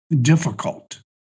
difficult